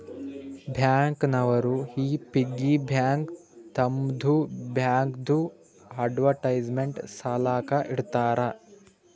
bank ನವರು ಈ piggy bank ತಮ್ಮದು ಬ್ಯಾಂಕ್ದು ಅಡ್ವರ್ಟೈಸ್ಮೆಂಟ್ ಸಲಾಕ ಇಡ್ತಾರ